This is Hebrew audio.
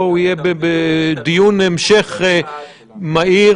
הוא יהיה בדיון המשך מהיר.